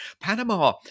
Panama